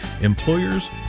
Employers